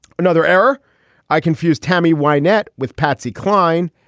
another error i confuse tammy wynette with patsy cline.